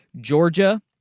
Georgia